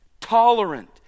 tolerant